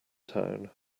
town